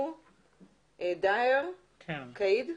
אדוני, דאהר כאיד.